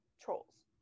trolls